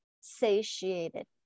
satiated